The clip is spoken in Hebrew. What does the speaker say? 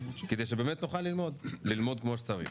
כדי שבאמת נוכל ללמוד כפי שצריך.